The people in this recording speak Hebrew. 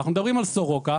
אנחנו מדברים על סורוקה,